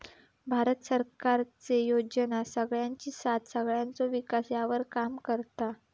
भारत सरकारचे योजना सगळ्यांची साथ सगळ्यांचो विकास ह्यावर काम करता